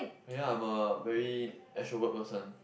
you know I'm a very extrovert person